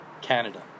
Canada